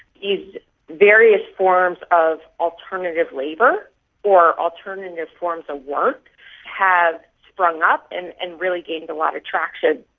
these various forms of alternative labour or alternative forms of work have sprung up and and really gained a lot of traction.